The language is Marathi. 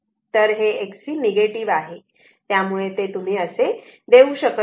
तर हे Xc निगेटिव आहे त्यामुळे तुम्ही ते असे देऊ शकत नाही